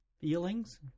Feelings